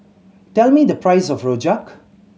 tell me the price of rojak